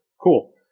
Cool